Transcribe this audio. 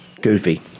goofy